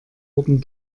wurden